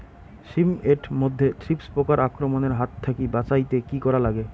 শিম এট মধ্যে থ্রিপ্স পোকার আক্রমণের হাত থাকি বাঁচাইতে কি করা লাগে?